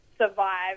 survive